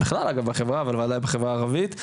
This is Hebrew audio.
בכלל אגב בחברה, אבל בחברה הערבית.